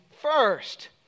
first